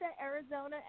Arizona